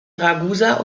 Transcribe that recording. ragusa